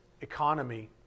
economy